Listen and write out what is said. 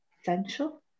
essential